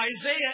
Isaiah